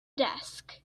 desk